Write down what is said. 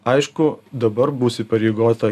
aišku dabar bus įpareigota